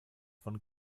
von